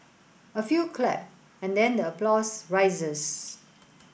a few clap and then the applause rises